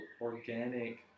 organic